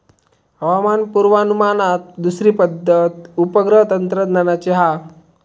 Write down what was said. हवामान पुर्वानुमानात दुसरी पद्धत उपग्रह तंत्रज्ञानाची हा